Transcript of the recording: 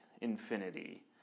Infinity